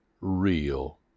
real